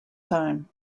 time